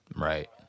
right